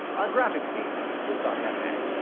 our graphics team is thought cafe.